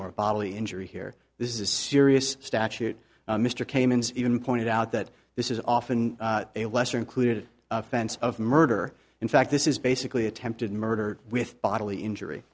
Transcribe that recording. bodily injury here this is a serious statute mr caymans even pointed out that this is often a lesser included offense of murder in fact this is basically attempted murder with bodily injury